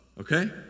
okay